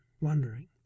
wondering